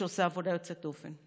שעושה עבודה יוצאת דופן.